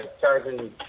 charging